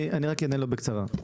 אני אענה לו בקצרה.